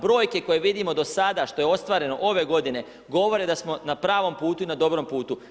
Brojke koje vidimo do sada šta je ostvareno ove godine govore da smo na pravom putu i na dobrom putu.